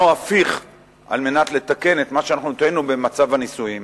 הפיך על מנת לתקן את מה שאנחנו טעינו במצב הניסויים.